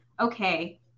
Okay